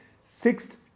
sixth